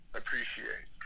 appreciate